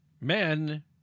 men